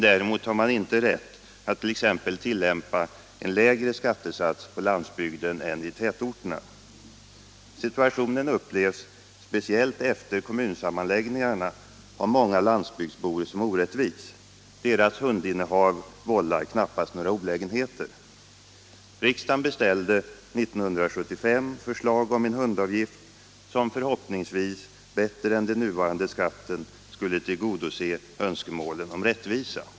Däremot har man inte rätt att t.ex. tillämpa en lägre skattesats på landsbygden än i tätorterna. Situationen upplevs, speciellt efter kommunsammanläggningarna, av många landsbygdsbor som orättvis. Deras hundinnehav vållar knappast några olägenheter. Riksdagen beställde 1975 förslag om en hundavgift som förhoppningsvis bättre än den nuvarande skatten skulle tillgodose önskemål om rättvisa.